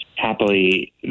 Happily